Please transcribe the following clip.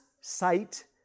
sight